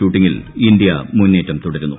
ഷൂട്ടിംഗിൽ India മുന്നേറ്റം തുടരുന്നു